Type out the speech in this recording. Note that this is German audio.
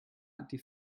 die